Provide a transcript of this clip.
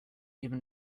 even